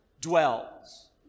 dwells